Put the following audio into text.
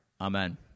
Amen